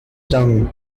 tongue